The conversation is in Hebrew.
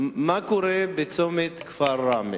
מה קורה בצומת כפר ראמה?